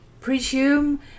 presume